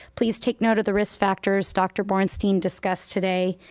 please take note of the risk factors dr. borenstein discussed today.